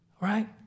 Right